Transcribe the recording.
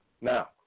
now